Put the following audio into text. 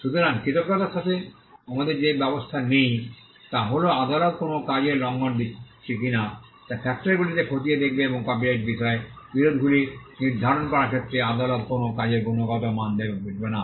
সুতরাং কৃতজ্ঞতার সাথে আমাদের যে ব্যবস্থা নেই তা হল আদালত কোনও কাজের লঙ্ঘন হচ্ছে কিনা তা ফ্যাক্টরগুলিতে খতিয়ে দেখবে এবং কপিরাইটের বিষয়ে বিরোধগুলি নির্ধারণ করার ক্ষেত্রে আদালত কোনও কাজের গুণগত মান দেখবে না